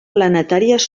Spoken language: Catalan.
planetàries